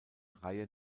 reihe